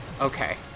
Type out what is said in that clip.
okay